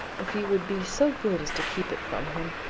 if you would be so good as to keep it from him.